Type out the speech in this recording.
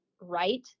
right